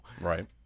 Right